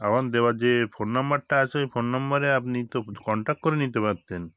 আমার দেওয়া যে ফোন নাম্বারটা আছে ওই ফোন নাম্বারে আপনি তো কনট্যাক্ট করে নিতে পারতেন